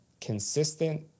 consistent